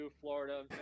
Florida